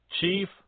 chief